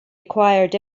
acquired